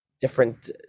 different